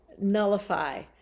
nullify